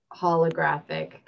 holographic